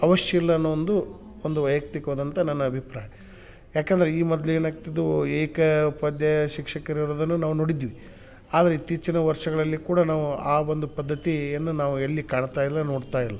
ಅವಶ್ಯಿಲ್ಲ ಅನ್ನೋ ಒಂದು ಒಂದು ವೈಯಕ್ತಿಕವಾದಂಥ ನನ್ನ ಅಭಿಪ್ರಾಯ ಯಾಕಂದರೆ ಈ ಮೊದ್ಲು ಏನಾಗ್ತಿದ್ದವು ಏಕ ಉಪಾಧ್ಯಾಯ ಶಿಕ್ಷಕರು ಇರುದನ್ನ ನಾವು ನೋಡಿದ್ವಿ ಆದರೆ ಇತ್ತೀಚಿನ ವರ್ಷಗಳಲ್ಲಿ ಕೂಡ ನಾವು ಆ ಒಂದು ಪದ್ಧತಿಯನ್ನು ನಾವು ಎಲ್ಲಿ ಕಾಣ್ತಾ ಇಲ್ಲ ನೋಡ್ತಾ ಇಲ್ಲ